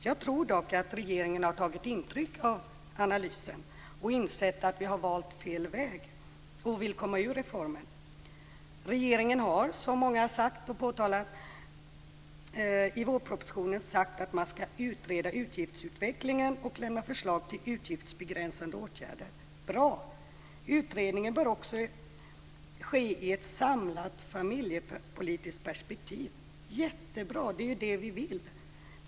Jag tror dock att regeringen har tagit intryck av analysen, insett att vi har valt fel väg och vill komma ur reformen. Regeringen har, såsom många har påtalat, i vårpropositionen sagt att man skall utreda utgiftsutvecklingen och lämna förslag till utgiftsbegränsande åtgärder - bra! Utredningen bör också ske i ett samlat familjepolitiskt perspektiv - jättebra! Det är ju det vi vill!